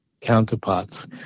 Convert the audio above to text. counterparts